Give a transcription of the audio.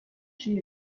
she